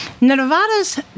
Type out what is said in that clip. Nevada's